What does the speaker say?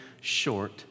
short